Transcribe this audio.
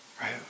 right